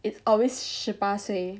it's always 十八岁